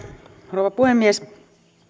rouva puhemies